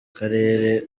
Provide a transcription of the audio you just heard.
karere